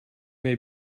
may